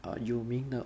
有名的